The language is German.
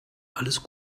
alles